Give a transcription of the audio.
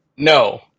No